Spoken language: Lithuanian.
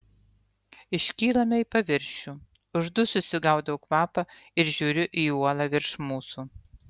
iškylame į paviršių uždususi gaudau kvapą ir žiūriu į uolą virš mūsų